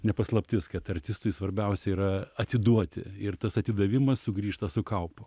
ne paslaptis kad artistui svarbiausia yra atiduoti ir tas atidavimas sugrįžta su kaupu